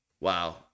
Wow